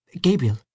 Gabriel